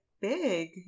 big